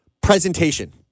Presentation